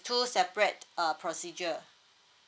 two separate uh procedure